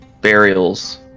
burials